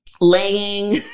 laying